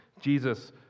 Jesus